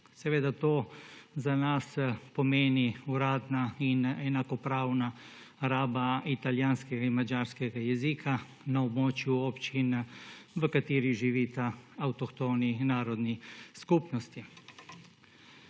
Seveda to za nas pomeni uradna in enakopravna raba italijanskega in madžarskega jezika na območju občin, v kateri živita avtohtoni narodni skupnosti.